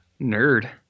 nerd